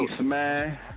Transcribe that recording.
man